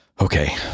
Okay